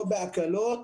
לא בהקלות